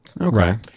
Okay